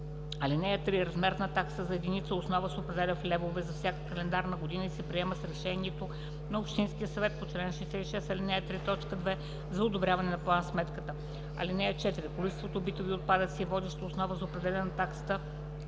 чл. 62. (3) Размерът на таксата за единица основа се определя в левове за всяка календарна година и се приема с решението на общинския съвет по чл. 66, ал. 3, т. 2 за одобряване на план сметката. (4) Количеството битови отпадъци е водеща основа за определяне на